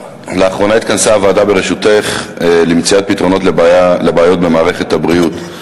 לאחרונה התכנסה הוועדה בראשותך למציאת פתרונות לבעיות במערכת הבריאות.